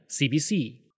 CBC